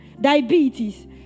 diabetes